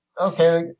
Okay